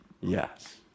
Yes